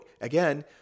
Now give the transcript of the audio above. again